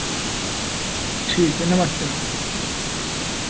ठीक है नमस्ते मैम